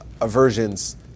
aversions